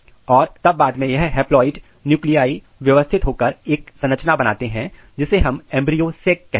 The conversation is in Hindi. और तब बाद में यह हैप्लाइड न्यूक्लिआई व्यवस्थित होकर एक संरचना बनाते हैं जिसे एंब्रियो sac कहते हैं